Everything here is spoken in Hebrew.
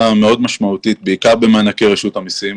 מאוד משמעותית בעיקר במענקי רשות המסים.